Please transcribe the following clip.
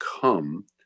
come